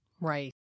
Right